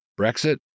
Brexit